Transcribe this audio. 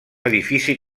edifici